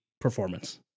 performance